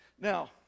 Now